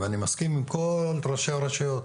ואני מסכים עם כל ראשי הרשויות.